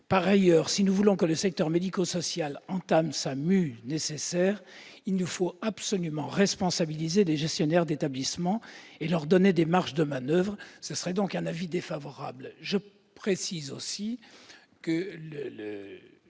Ensuite, si nous voulons que le secteur médico-social entame sa mue nécessaire, il nous faut absolument responsabiliser les gestionnaires d'établissements et leur donner des marges de manoeuvre. L'avis est donc défavorable.